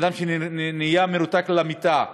בן-אדם שנהיה מרותק למיטה,